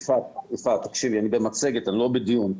יפעת, אני במצגת, אני לא בדיון.